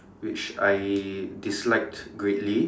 which I disliked greatly